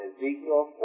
Ezekiel